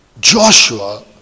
Joshua